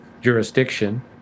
jurisdiction